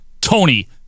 Tony